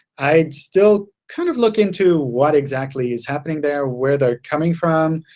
i still kind of look into what exactly is happening there. where they're coming from,